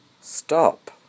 Stop